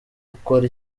gukora